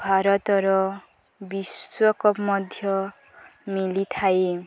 ଭାରତର ବିଶ୍ୱକ ମଧ୍ୟ ମିଲିଥାଏ